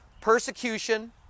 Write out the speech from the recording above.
persecution